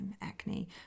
acne